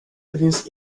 finns